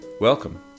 Welcome